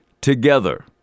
together